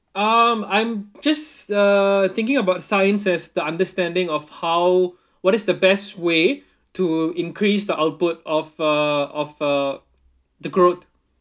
um I'm just uh thinking about science as the understanding of how what is the best way to increase the output of uh of uh the growth